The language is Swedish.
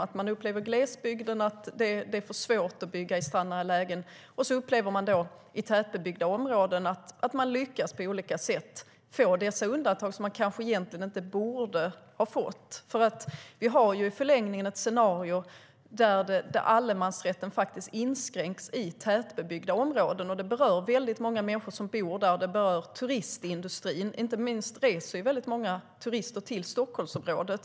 I glesbygden upplever man att det är för svårt att bygga i strandnära lägen, och i tätbebyggda områden lyckas man på olika sätt få dessa undantag som man kanske egentligen inte borde ha fått. Vi har i förlängningen ett scenario där allemansrätten inskränks i tätbebyggda områden, och det berör många människor som bor där. Det berör också turistindustrin, då många turister reser till Stockholmsområdet.